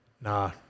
Nah